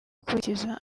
gukurikiza